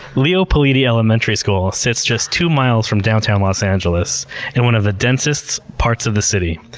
leo politi elementary school sits just two miles from downtown los angeles in one of the densest parts of the city.